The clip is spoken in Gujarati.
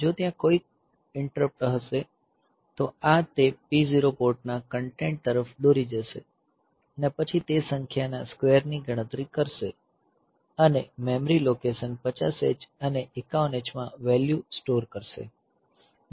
જો ત્યાં કોઈ ઇન્ટરપ્ટ હશે તો આ તે P0 પોર્ટના કન્ટેન્ટ તરફ દોરી જશે અને પછી તે સંખ્યાના સ્ક્વેર ની ગણતરી કરશે અને મેમરી લોકેશન 50 H અને 51 H માં વેલ્યૂ સ્ટોર કરશે